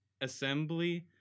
Assembly